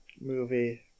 movie